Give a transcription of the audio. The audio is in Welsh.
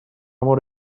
mor